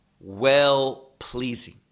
well-pleasing